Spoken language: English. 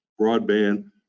broadband